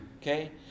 Okay